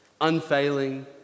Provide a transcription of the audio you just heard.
unfailing